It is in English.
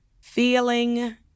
feeling